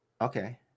Okay